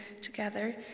together